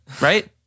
Right